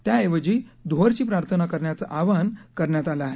त्याऐवजी दृहरची प्रार्थना करण्याचं आवाहन करण्यात आलं आहे